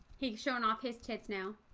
he's showing off his tits now